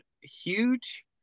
huge